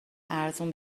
ارزون